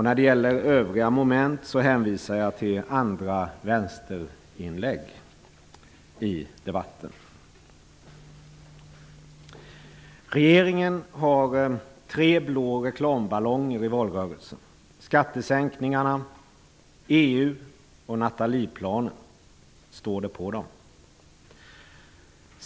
När det gäller övriga yrkanden under andra moment hänvisar jag till andra vänsterinlägg i debatten senare. Regeringen har tre blå reklamballonger i valrörelsen. Skattesänkningar, EU och Nathalieplanen står det på dem.